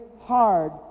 hard